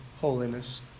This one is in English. holiness